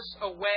away